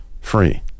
free